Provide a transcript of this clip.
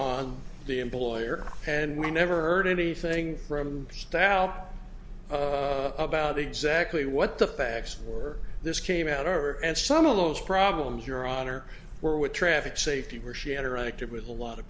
on the employer and we never heard anything from stout about exactly what the facts for this came out are and some of those problems your honor were with traffic safety where she interacted with a lot of